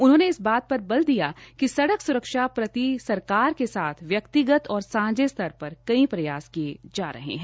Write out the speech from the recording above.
उन्होंने इस बात पर बल दिया कि सड़क सुरक्षा प्रति सरकार के साथ व्यक्तिगत और सांझे स्तर पर कई प्रयास किये जा रहे है